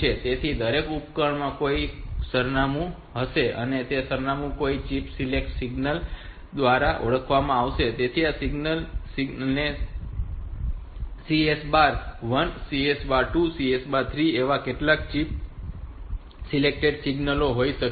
તેથી દરેક ઉપકરણમાં કોઈને કોઈ સરનામું હશે અને તે સરનામું કંઈક ચિપ સિલેક્ટ સિગ્નલ દ્વારા ઓળખવામાં આવે છે તેથી આ chip select signal CS bar 1 CS bar 2 CS bar 3 એવા કેટલાક ચિપ સિલેક્ટ સિગ્નલ હોઈ શકે છે